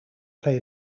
play